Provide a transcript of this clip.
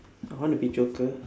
I wanna be joker